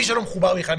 מי שלא מחובר בכלל,